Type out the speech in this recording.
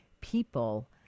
people